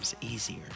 Easier